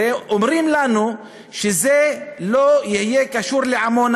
הרי אומרים לנו שזה לא יהיה קשור לעמונה.